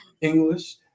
English